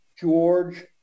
George